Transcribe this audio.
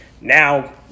Now